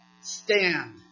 stand